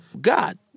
God